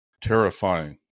terrifying